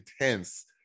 intense